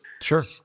Sure